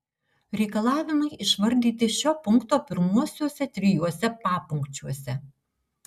reikalavimai išvardyti šio punkto pirmuosiuose trijuose papunkčiuose